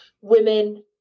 women